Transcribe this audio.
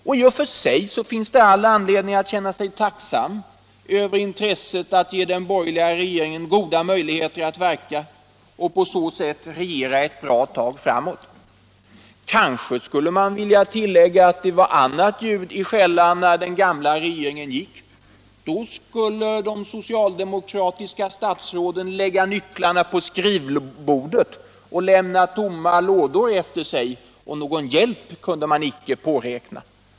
I och för sig finns det all anledning att känna sig tacksam över intresset att ge den borgerliga re geringen goda möjligheter att verka och på så sätt regera ett bra tag framåt. Kanske skulle man vilja tillägga att det var annat ljud i skällan när den gamla regeringen avgick — då skulle de socialdemokratiska statsråden lägga nycklarna på skrivborden och lämna tomma lådor efter sig, och någon hjälp kunde de nya statsråden inte påräkna.